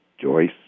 Joyce